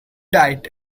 diet